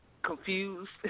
Confused